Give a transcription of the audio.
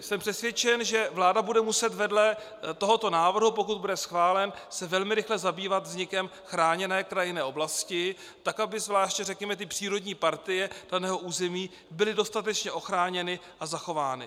Jsem přesvědčen, že vláda se bude muset vedle tohoto návrhu, pokud bude schválen, velmi rychle zabývat vznikem chráněné krajinné oblasti, tak aby zvláště řekněme ty přírodní partie daného území byly dostatečně ochráněny a zachovány.